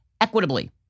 equitably